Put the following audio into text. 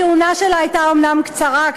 הכהונה שלה הייתה אומנם קצרה,